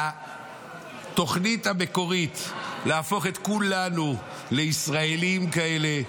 התוכנית המקורית להפוך את כולנו לישראלים כאלה,